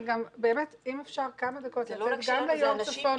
אם אפשר כמה דקות לתת גם ליו"ר צפון